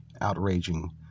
outraging